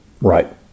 Right